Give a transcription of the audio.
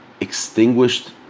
extinguished